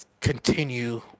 continue